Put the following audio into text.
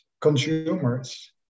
consumers